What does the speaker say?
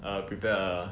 err prepare err